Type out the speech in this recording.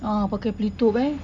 ah pakai pelitup eh